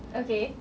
okay